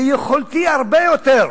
ביכולתי, הרבה יותר.